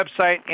website